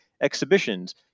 exhibitions